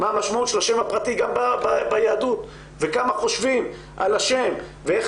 מה המשמעות של השם הפרטי גם ביהדות וכמה חושבים על השם ואיך